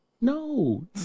No